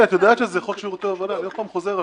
זה חוק שירותי הובלה.